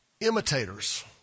imitators